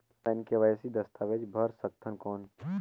Online KYC दस्तावेज भर सकथन कौन?